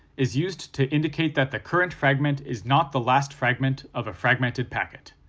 is used to indicate that the current fragment is not the last fragment of a fragmented packet.